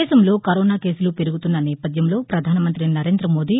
దేశంలో కరోనా కేసులు పెరుగుతున్న నేపథ్యంలో పధానమంతి నరేంద మోదీ